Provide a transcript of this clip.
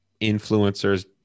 influencers